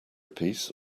piece